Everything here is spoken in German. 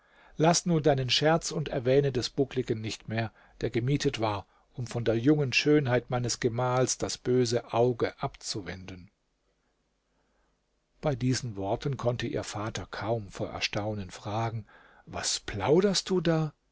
laß nun deinen scherz und erwähne des buckligen nicht mehr der gemietet war um von der jungen schönheit meines gemahls das böse auge abzuwenden bei diesen worten konnte ihr vater kaum vor erstaunen fragen was plauderst du da